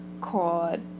called